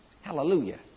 Hallelujah